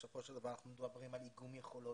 בסופו של דבר אנחנו מדברים על איגום יכולות,